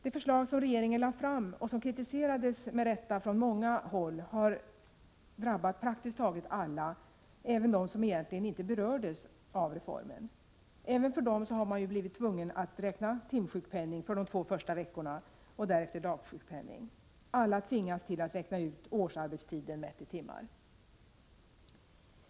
Det förslag som regeringen lade fram och som, med rätta, kritiserades från många håll har drabbat praktiskt taget alla — även dem som egentligen inte berördes av reformen. Även för dessa har man blivit tvungen att räkna timsjukpenning för de två första veckorna och därefter dagsjukpenning. Alla tvingas räkna ut årsarbetstiden mätt i timmar.